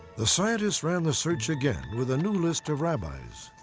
the scientists ran the search again with a new list of rabbis.